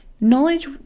Knowledge